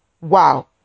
Wow